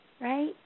right